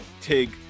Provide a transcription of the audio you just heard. Tig